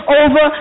over